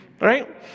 right